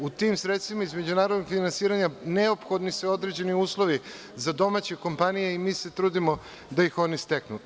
U tim sredstvima iz međunarodnog finansiranja neophodni su i određeni uslovi za domaće kompanije i mi se trudimo da ih one steknu.